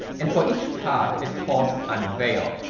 and for each path it calls unveil.